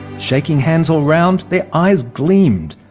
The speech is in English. shaking hands all round, their eyes gleamed,